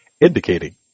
indicating